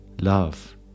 love